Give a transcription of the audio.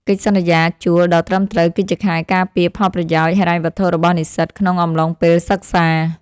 កិច្ចសន្យាជួលដ៏ត្រឹមត្រូវគឺជាខែលការពារផលប្រយោជន៍ហិរញ្ញវត្ថុរបស់និស្សិតក្នុងអំឡុងពេលសិក្សា។